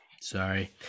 Sorry